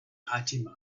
fatima